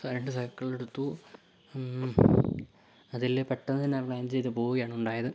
രണ്ട് സൈക്കിൾ എടുത്തു അതിൽ പെട്ടെന്ന് തന്നെ അറേഞ്ച് ചെയ്ത് പോവുകയാണ് ഉണ്ടായത്